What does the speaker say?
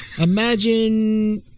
imagine